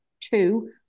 two